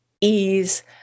ease